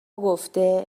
گفته